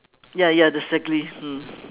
ya ya exactly mm